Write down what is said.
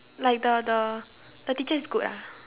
like the the the teacher is good ah